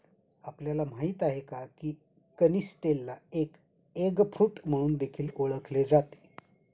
आपल्याला माहित आहे का? की कनिस्टेलला एग फ्रूट म्हणून देखील ओळखले जाते